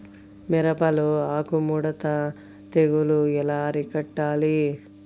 మిరపలో ఆకు ముడత తెగులు ఎలా అరికట్టాలి?